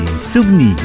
souvenirs